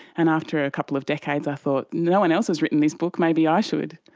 and after a couple of decades i thought no one else has written this book, maybe i should.